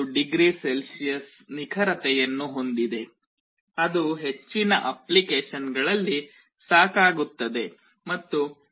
25oC ಯ ನಿಖರತೆಯನ್ನು ಹೊಂದಿದೆ ಅದು ಹೆಚ್ಚಿನ ಅಪ್ಲಿಕೇಶನ್ಗಳಲ್ಲಿ ಸಾಕಾಗುತ್ತದೆ